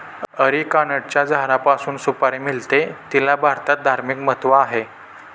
अरिकानटच्या झाडापासून सुपारी मिळते, तिला भारतात धार्मिक महत्त्व आहे